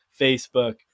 Facebook